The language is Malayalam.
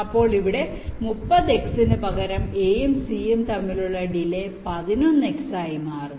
അതിനാൽ ഇവിടെ 30X ന് പകരം A യും C യും തമ്മിലുള്ള ഡിലെ 11X ആയി മാറുന്നു